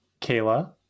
Kayla